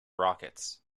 rockets